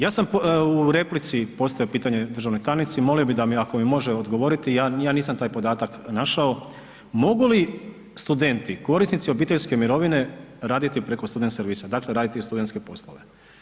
Ja sam u replici postavio pitanje državnoj tajnici, molio bih da mi ako mi može odgovoriti, ja nisam taj podatak našao, mogu li studenti korisnici obiteljske mirovine raditi preko student servisa dakle raditi studentske poslove?